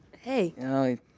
Hey